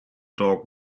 dog